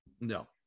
No